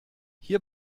hier